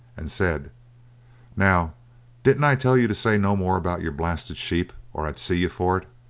and said now didn't i tell you to say no more about your blasted sheep, or i'd see you for it?